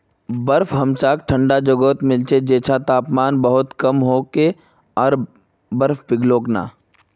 बर्फ हमसाक ठंडा जगहत मिल छेक जैछां तापमान बहुत कम होके आर बर्फ पिघलोक ना